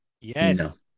Yes